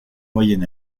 moyen